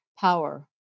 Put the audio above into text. power